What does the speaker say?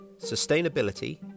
Sustainability